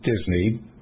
Disney